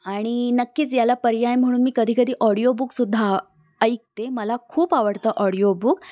आणि नक्कीच याला पर्याय म्हणून मी कधी कधी ऑडिओबुक सुद्धा ऐकते मला खूप आवडतं ऑडिओबुक